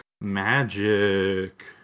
magic